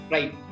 Right